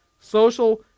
Social